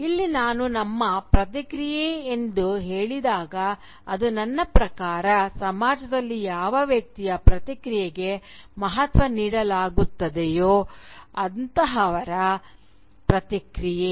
ಇಲ್ಲಿ ನಾನು ನಮ್ಮ ಪ್ರತಿಕ್ರಿಯೆ ಎಂದು ಹೇಳಿದಾಗ ಅದು ನನ್ನ ಪ್ರಕಾರ ಸಮಾಜದಲ್ಲಿ ಯಾವ ವ್ಯಕ್ತಿಯ ಪ್ರತಿಕ್ರಿಯೆಗೆ ಮಹತ್ವ ನೀಡಲಾಗುತ್ತದೆಯೋ ಅಂಥವರ ಪ್ರತಿಕ್ರಿಯೆ